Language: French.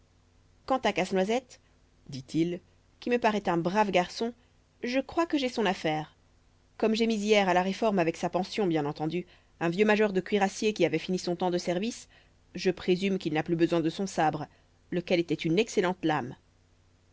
quant à casse-noisette dit-il qui me paraît un brave garçon je crois que j'ai son affaire comme j'ai mis hier à la réforme avec sa pension bien entendu un vieux major de cuirassiers qui avait fini son temps de service je présume qu'il n'a plus besoin de son sabre lequel était une excellente lame